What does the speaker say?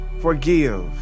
Forgive